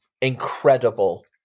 incredible